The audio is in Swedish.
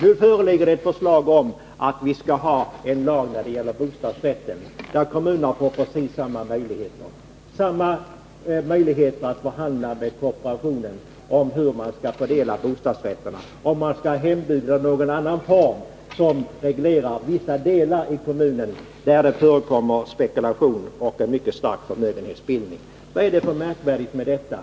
Nu föreligger det ett förslag om att vi skall ha en lag när det gäller bostadsrätter, där kommuner får precis samma möjligheter att förhandla med kooperationen om hur man skall fördela bostadsrätterna, om man skall ha hembud eller någon annan form som reglerar vissa delar i kommunen där det förekommer spekulation och en mycket stark förmögenhetsbildning. Vad är det för märkvärdigt med detta?